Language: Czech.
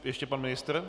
Ještě pan ministr.